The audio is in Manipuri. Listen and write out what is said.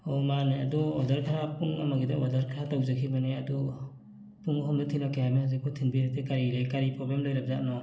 ꯑꯣ ꯃꯥꯅꯦ ꯑꯗꯨ ꯑꯣꯔꯗꯔ ꯈꯔ ꯄꯨꯡ ꯑꯃꯒꯤꯗ ꯑꯣꯔꯗꯔ ꯈꯔ ꯇꯧꯖꯈꯤꯕꯅꯦ ꯑꯗꯨ ꯄꯨꯡ ꯑꯍꯨꯝꯗ ꯊꯤꯜꯂꯛꯀꯦ ꯍꯥꯏꯕꯅꯤ ꯍꯧꯖꯤꯛꯐꯥꯎ ꯊꯤꯟꯕꯤꯔꯛꯇꯦ ꯀꯔꯤ ꯂꯩꯔꯦ ꯀꯔꯤ ꯄ꯭ꯔꯣꯕ꯭ꯂꯦꯝ ꯂꯩꯔꯕꯖꯥꯠꯅꯣ